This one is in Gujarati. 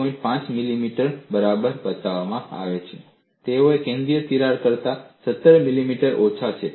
5 મિલીમીટર બરાબર બતાવવામાં આવે છે તેઓ કેન્દ્રીય તિરાડ કરતાં 17 મિલીમીટર ઓછા છે